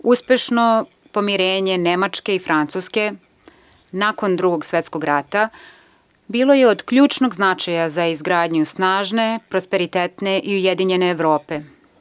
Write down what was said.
Uspešno pomirenje Nemačke i Francuske nakon Drugog svetskog rata je bilo od ključnog značaja za izgradnju snažne, prosperitetne i ujedinjene Evrope.